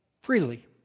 freely